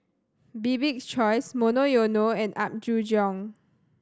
Bibik's Choice Monoyono and Apgujeong